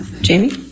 jamie